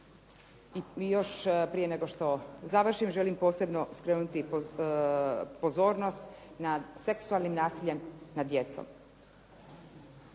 evo prije nego što završim, želim posebno skrenuti pozornost nad seksualnim nasiljem nad djecom.